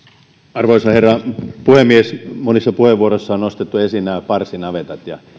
arvoisa herra puhemies monissa puheenvuoroissa on nostettu esiin nämä parsinavetat ja